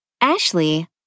Ashley